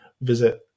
visit